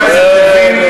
חבר הכנסת,